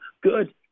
Good